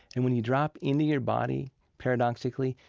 and when you drop into your body, paradoxically,